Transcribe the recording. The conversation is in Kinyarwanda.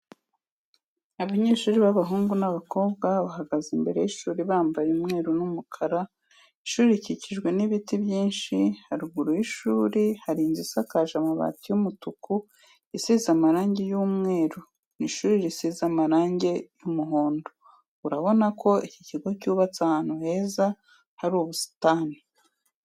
Abanyeshuri b'abahungu n'abakobwa bahagaze imbere y'ishuri bambaye umweru n'umukara, ishuri rikikijwe n'ibiti byinshi haruguru y'ishuri hari inzu isakaje amabati y'umutuku isize amarangi y'umweru n'ishuri risize amarangi y'umuhondo, urabona ko iki kigo cyubatse ahantu heza hari ubusitani.